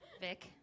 Vic